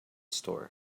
store